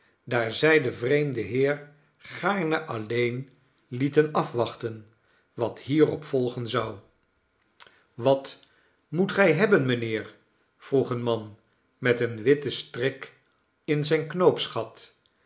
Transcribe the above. daar zij den vreemden heer gaarne alleen lieten afwachten wat hierop volgen zou be commensaal op reis wat moet gij hebben mijnheer vroeg een man met een witten strik in zijn